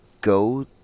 go